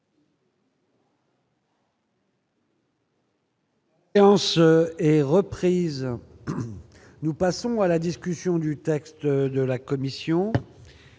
La séance est reprise. Nous passons à la discussion du texte de la commission.